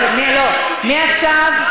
אבל מעכשיו,